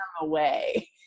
away